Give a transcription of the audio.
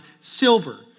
silver